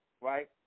right